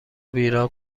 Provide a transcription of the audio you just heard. بیراه